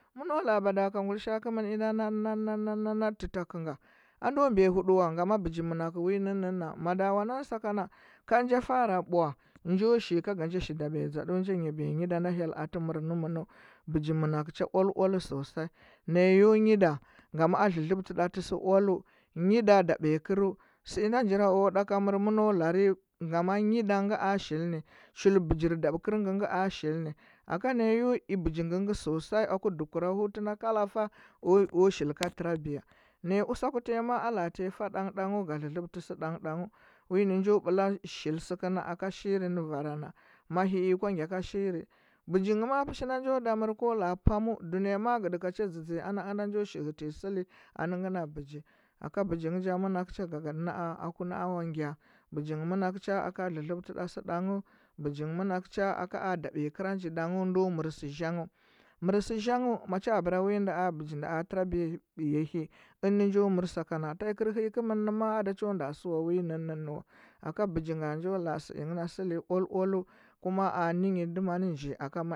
Mɚno la. a bada. a ka guilisha. a kɚmɚn na naɗe naɗɚ naɗɚ naɗɚ tɚ takɚu nga o ndo mbiya hudu wa ngama bɚgi manakɚu wi nji nɚ’ɚ na wodawa gan sakana kad ja fara ɓu ndu shi ko ga ja shi dabiya zaɗu nja nyabiya nyida nda hyda alɚ mɚr anɚ mɚnu bɚgi monakɚu cha oal sosai na ya yo nyida ngam a lɚlɚbtɚ nda tɚ sɚ oaluɚ nyida dabiya kɚr sɚ inɗa njira wowo a nda a mɚr mɚno larɚ ngamo nyida ngɚ a shilnɚ chul bɚgir dabkɚr ngɚ ngɚ a shilnɚ aka na ya yu i begi ngɚ ngɚ sosai aku dɚhɚ kura hutu na valufa o shili ka tarabiya na ya usa ku tiya ma a latiya fa ɗamgbɚ ɗanghɚ ga lɚlɚblɚ sɚ ɗau ngɚ ɗanghɚ wi nɚ njo ɓla shili suku na aka shiri nɚ vara na mahii kwa ka shiri bogi ma njo da mɚrɚ ko la. a pamu dunɚva ma a gɚda laa cha dȝɚ dȝɚ ana una njo shi hɚtɚ sɚli ngɚ na bɚgi- bɚgi ngɚ ja manakɚ cha gagadi naa a ku na o gya bɚgi ngɚ manakɚ cha aka o lɚlɚbtɚ ɗo sɚ ɗaughɚ bɚgi ngɚ monakɚu cha a dabiya kɚra nji ɗaughɚ ndo mɚr sɚ zaughɚ mɚr zaghɚ ma cho abɚra wi ɗa o ɚgi-da tarabiya za hya ɚnɚ njo mɚr sakana taikɚr hɚi kɚmɚn nɚ ma’a da cho nda sɚ wa wi nnɚnɚ wa aka bɚgi nga njo la. a sɚ ingɚ na sɚli oal oalu kuma a nɚ nyi dɚino anɚ nji aka